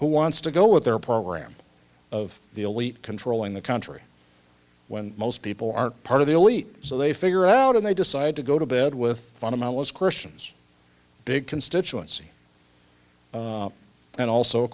who wants to go with their program of the elite controlling the country when most people aren't part of the elite so they figure out and they decide to go to bed with fundamentalist christians big constituency and also of